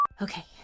Okay